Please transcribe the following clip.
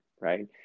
right